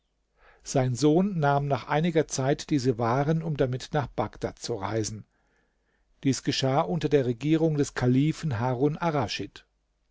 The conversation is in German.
sein sohn nahm nach einiger zeit diese waren um damit nach bagdad zu reisen dies geschah unter der regierung des kalifen harun